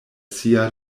sia